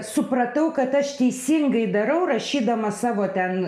supratau kad aš teisingai darau rašydama savo ten